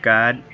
God